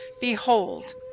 Behold